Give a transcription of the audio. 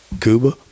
Cuba